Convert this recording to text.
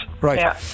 Right